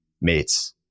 mates